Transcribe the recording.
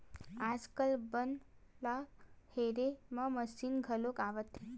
आजकाल बन ल हेरे के मसीन घलो आवत हे